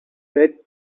red